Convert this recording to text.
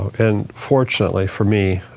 and fortunately for me,